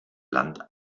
land